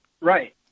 Right